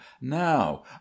now